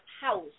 house